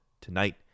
tonight